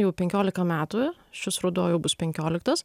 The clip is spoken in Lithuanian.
jau penkiolika metų šis ruduo jau bus penkioliktas